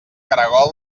caragol